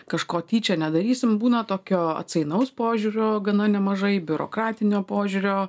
kažko tyčia nedarysim būna tokio atsainaus požiūrio gana nemažai biurokratinio požiūrio